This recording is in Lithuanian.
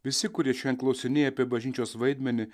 visi kurie šiandien klausinėja apie bažnyčios vaidmenį